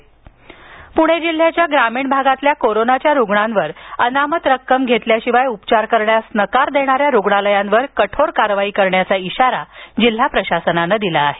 प्णे जिल्ह्याच्या ग्रामीण भागातील कोरोनाच्या रुग्णांवर अनामत रक्कम घेतल्याशिवाय उपचार करण्यास नकार देणाऱ्या रुग्णालयांवर कठोर कारवाई करण्याचा इशारा जिल्हा प्रशासनानं दिला आहे